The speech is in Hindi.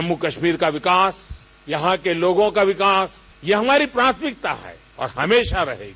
जम्मू कश्मीर का विकास यहां के लोगों का विकास ये हमारी प्राथमिकता है और हमेशा रहेगी